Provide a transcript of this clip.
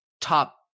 top